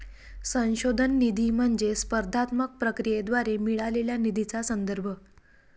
संशोधन निधी म्हणजे स्पर्धात्मक प्रक्रियेद्वारे मिळालेल्या निधीचा संदर्भ